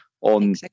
on